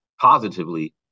positively